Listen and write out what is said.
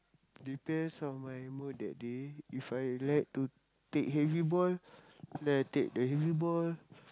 depends on my mood that day if I like to take heavy ball then I take the heavy ball